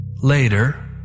Later